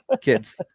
kids